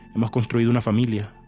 um construido una familia.